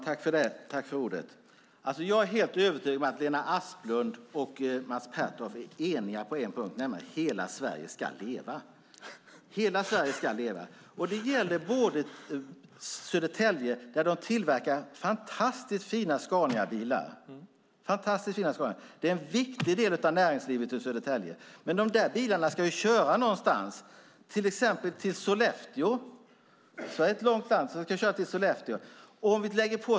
Herr talman! Jag är helt övertygad om att Lena Asplund och Mats Pertoft är eniga på en punkt, nämligen att hela Sverige ska leva. I Södertälje tillverkar man fantastiskt fina Scaniabilar. Det är en viktig del av näringslivet i Södertälje. Men de där bilarna ska ju köra någonstans, till exempel till Sollefteå. Sverige är ett långt land.